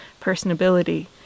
personability